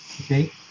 Okay